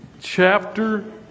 chapter